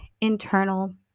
internal